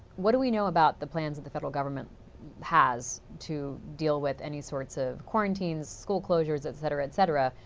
what do we know about the plans of the federal government to to deal with any sorts of quarantines, school closures, et cetera, et cetera,